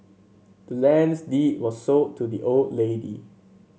the land's deed was sold to the old lady